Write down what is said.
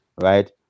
right